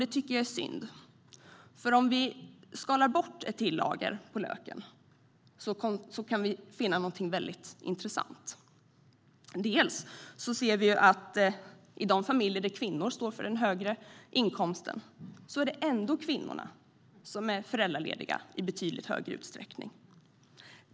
Det tycker jag är synd, för om vi skalar bort ett lager till på löken kan vi finna någonting väldigt intressant. Dels ser vi att i de familjer där kvinnor står för den högre inkomsten är det ändå kvinnorna som är föräldralediga i betydligt högre utsträckning.